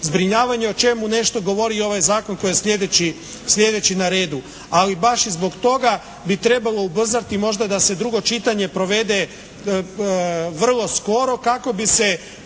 zbrinjavanja o čemu nešto govori ovaj zakon koji je sljedeći na redu. Ali baš i zbog toga bi trebalo ubrzati možda da se drugo čitanje provede vrlo skoro kako bi se